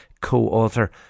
co-author